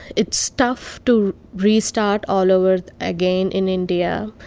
it's tough to restart all over again in india.